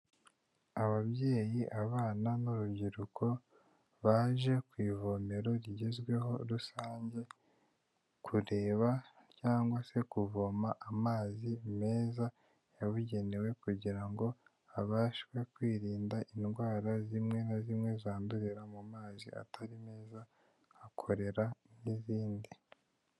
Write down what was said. Ababyeyi, abana n'urubyiruko baje ku ivomero rigezweho rusange kureba cyangwa se kuvoma amazi meza yabugenewe, kugira ngo habashwe kwirinda indwara zimwe na zimwe zandurira mu mazi atari meza nka korera n'izindi.